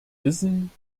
wissen